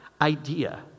idea